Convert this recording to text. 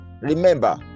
remember